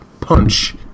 punch